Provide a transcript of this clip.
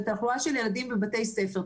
זה תחלואה של ילדים בבתי ספר,